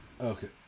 Okay